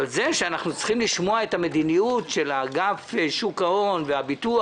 אבל זה שאנחנו צריכים לשמוע את המדיניות של אגף שוק ההון והביטוח